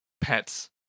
pets